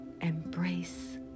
Embrace